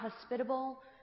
hospitable